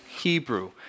Hebrew